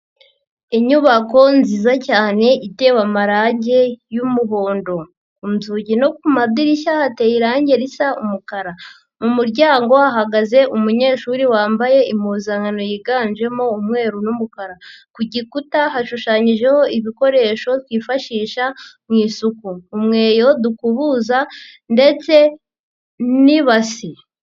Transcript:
Inyubako nziza cyane, itewe amarage y'umuhondo. Inzugi no ku madirishya hateye irangi risa umukara. Mu muryango hagaze umunyeshuri wambaye impuzankano yiganjemo umweru n n'umukara. Ku gikuta hashushanyijeho ibikoresho twifashisha mu isuku. Umweyo dukubuza ndetse n'ibasi.